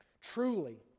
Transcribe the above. Truly